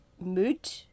mood